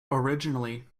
originally